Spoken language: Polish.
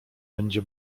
będzie